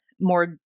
more